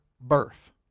birth